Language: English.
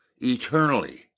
eternally